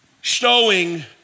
showing